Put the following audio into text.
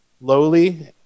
Lowly